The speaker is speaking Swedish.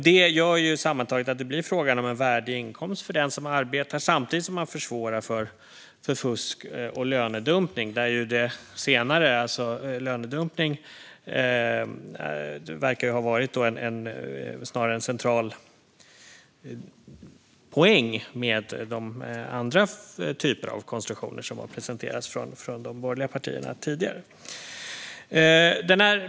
Det gör sammantaget att det blir fråga om en värdig inkomst för den som arbetar, samtidigt som man försvårar för fusk och lönedumpning. Lönedumpning verkar snarare ha varit en central poäng med de typer av konstruktioner som tidigare presenterats av de borgerliga partierna.